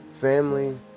family